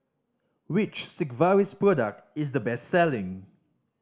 which Sigvaris product is the best selling